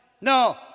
No